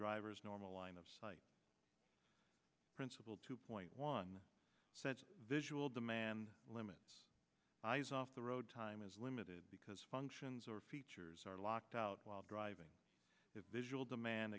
driver's normal line of sight principle two point one said visual demand limit eyes off the road time is limited because functions are features are locked out while driving if visual demand